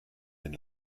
den